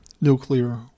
nuclear